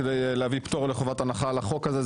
כדי להביא פטור לחובת הנחה על החוק הזה.